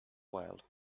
while